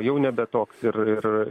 jau nebe toks ir ir